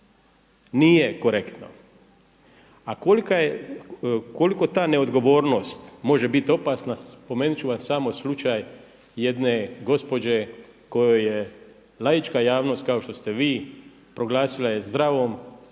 nije korektno. A kolika je, koliko ta neodgovornost može biti opasna spomenuti ću vam samo slučaj jedne gospođe kojoj je laička javnost kao što ste vi proglasila je zdravom,